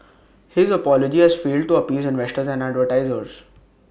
his apology has failed to appease investors and advertisers